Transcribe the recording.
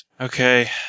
Okay